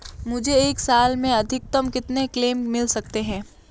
मुझे एक साल में अधिकतम कितने क्लेम मिल सकते हैं?